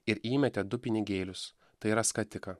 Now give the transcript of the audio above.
ir įmetė du pinigėlius tai yra skatiką